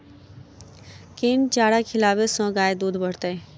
केँ चारा खिलाबै सँ गाय दुध बढ़तै?